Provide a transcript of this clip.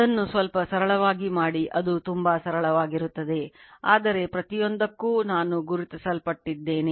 ಅದನ್ನು ಸ್ವಲ್ಪ ಸರಳವಾಗಿ ಮಾಡಿ ಅದು ತುಂಬಾ ಸರಳವಾಗಿರುತ್ತದೆ ಆದರೆ ಪ್ರತಿಯೊಂದಕ್ಕೂ ನಾನು ಗುರುತಿಸಲ್ಪಟ್ಟಿದ್ದೇನೆ